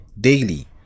daily